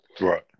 Right